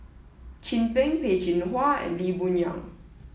Chin Peng Peh Chin Hua and Lee Boon Yang